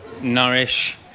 nourish